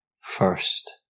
first